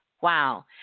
Wow